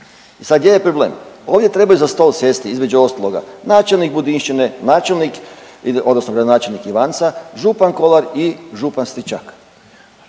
i sad gdje je problem? Ovdje trebaju za stol sjesti između ostaloga načelnik Budinšćine, načelnik odnosno gradonačelnik Ivanca, župan Kolar i župan Stričak